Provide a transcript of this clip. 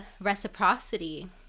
reciprocity